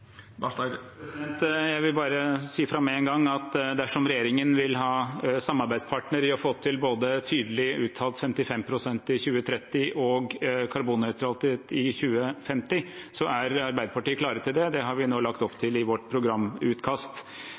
Jeg vil bare si fra med en gang at dersom regjeringen vil ha samarbeidspartner i å få til både tydelig uttalt 55 pst. i 2030 og karbonnøytralitet i 2050, er Arbeiderpartiet klar til det. Det har vi lagt opp til i vårt programutkast.